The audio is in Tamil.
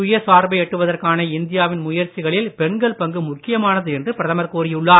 சுய சார்பை எட்டுவதற்கான இந்தியாவின் முயற்சிகளில் பெண்கள் பங்கு ழுக்கியமானது என்று பிரதமர் கூறியுள்ளார்